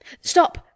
Stop